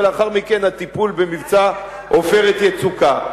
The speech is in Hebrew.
ולאחר מכן הטיפול במבצע "עופרת יצוקה".